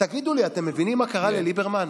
תגידו לי, אתם מבינים מה קרה לליברמן?